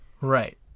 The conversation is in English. Right